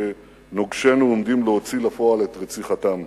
שנוגשינו עומדים להוציא לפועל את רציחתם,